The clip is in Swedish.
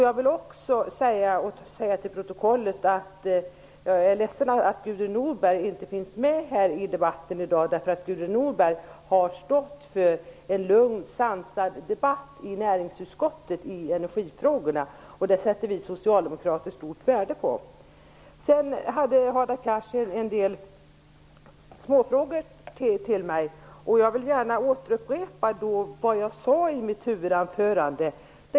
Jag vill också få med i protokollet att jag är ledsen över att Gudrun Norberg inte finns med i debatten i dag. Gudrun Norberg har nämligen stått för en lugn och sansad debatt i näringsutskottet när det gäller energifrågorna. Det sätter vi socialdemokrater ett stort värde på. Hadar Cars ställde några frågor till mig. Jag vill gärna upprepa vad jag sade i mitt huvudanförande.